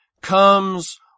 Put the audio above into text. comes